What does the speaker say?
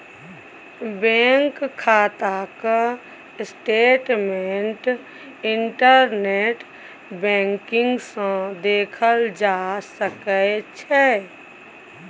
bank खाताक statement internet banking सँ देखल जा सकै छै